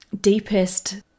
deepest